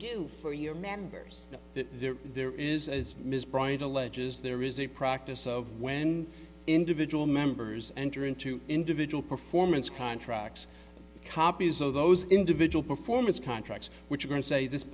do for your members there there is as mr bryant alleges there is a practice of when individual members enter into individual performance contracts copies of those individual performance contracts which are going to say this